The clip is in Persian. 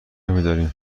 میداریم